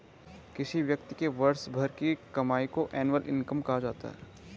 किसी व्यक्ति के वर्ष भर की कमाई को एनुअल इनकम कहा जाता है